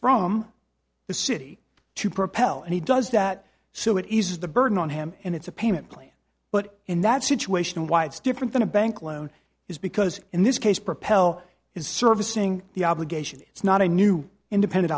from the city to propel and he does that so it eases the burden on him and it's a payment plan but in that situation why it's different than a bank loan is because in this case propel is servicing the obligation it's not a new independent